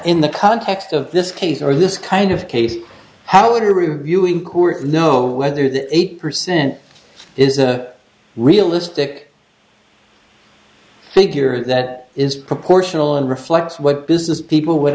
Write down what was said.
in the context of this case or this kind of case how would review in court know whether that eight percent is a realistic figure that is proportional and reflects what business people would